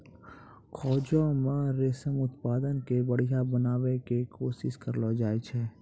खोजो से रेशम उत्पादन के बढ़िया बनाबै के कोशिश करलो जाय छै